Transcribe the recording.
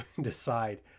decide